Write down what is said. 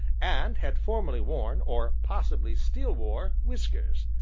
and had formerly worn, or possibly still wore, whiskers.